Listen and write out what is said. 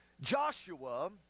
Joshua